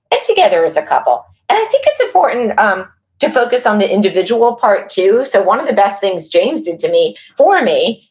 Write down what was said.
and together as a couple and i think it's important um to focus on the individual part, too. so one of the best things james did to me, for me,